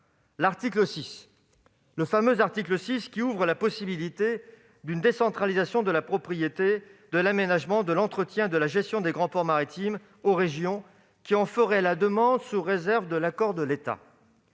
débats : le fameux article 6, qui ouvre la possibilité d'une décentralisation de la propriété, de l'aménagement, de l'entretien et de la gestion des grands ports maritimes aux régions qui en feraient la demande, sous réserve de l'accord de l'État.